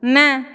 ନା